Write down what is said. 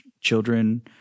children –